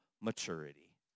maturity